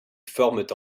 forment